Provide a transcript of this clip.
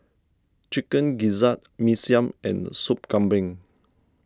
Chicken Gizzard Mee Siam and Sop Kambing